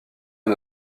est